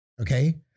Okay